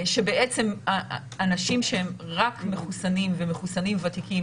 בעצם אנשים שהם רק מחוסנים ומחוסנים ותיקים,